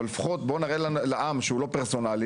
אבל לפחות בוא נראה לעם שהוא לא פרסונלי